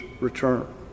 return